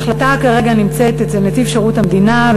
ההחלטה כרגע נמצאת אצל נציב שירות המדינה,